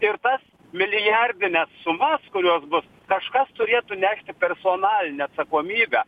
ir tas milijardines sumas kurios bus kažkas turėtų nešti personalinę atsakomybę